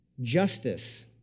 justice